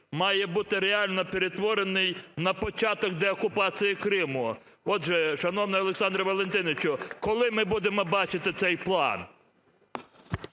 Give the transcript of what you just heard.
має бути реально перетворений на початок деокупації Криму. Отже, шановний Олександр Валентинович, коли ми будемо бачити цей план?